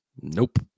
nope